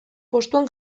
postuan